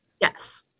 Yes